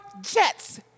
Jets